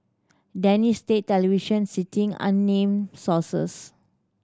Danish state television citing unnamed sources